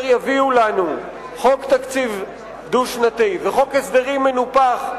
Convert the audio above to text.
אל נבוא ונתלונן כאשר יביאו לנו חוק תקציב דו-שנתי וחוק הסדרים מנופח,